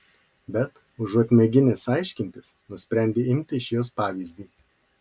bet užuot mėginęs aiškintis nusprendė imti iš jos pavyzdį